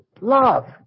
love